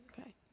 Okay